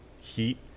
heat